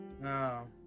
No